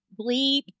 bleep